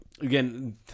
again